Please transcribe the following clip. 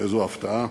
איזו הפתעה,